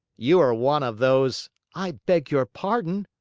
you are one of those i beg your pardon,